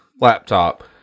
laptop